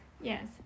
yes